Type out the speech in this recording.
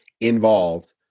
involved